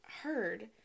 heard